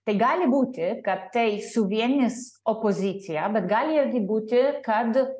tai gali būti kad tai suvienys opoziciją bet gali būti kad